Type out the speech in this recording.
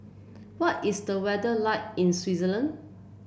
what is the weather like in Swaziland